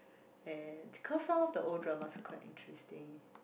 and cause some of the old dramas quite interesting